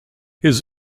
his